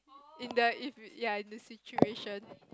in the if ya in the situation